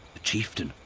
the chieftain!